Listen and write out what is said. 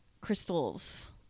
crystals